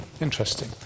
interesting